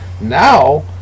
Now